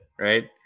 right